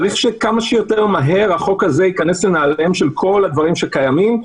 צריך שכמה שיותר מהר החוק הזה ייכנס לנעליהם של כל הדברים שקיימים.